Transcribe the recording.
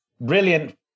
brilliant